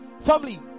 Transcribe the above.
Family